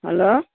hello